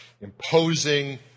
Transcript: imposing